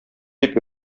дип